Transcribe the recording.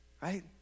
right